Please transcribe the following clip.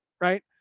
Right